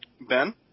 Ben